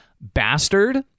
Bastard